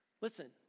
Listen